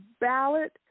ballot